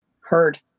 heard